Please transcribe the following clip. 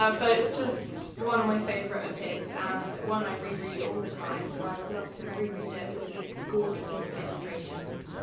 but it's just one of my favorite of his and one i reread all the time so i would love to reread it with these gorgeous new illustrations.